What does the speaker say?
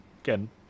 again